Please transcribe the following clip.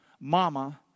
mama